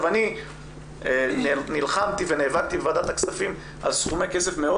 אני נלחמתי ונאבקתי בוועדת הכספים על סכומי כסף מאוד